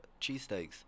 cheesesteaks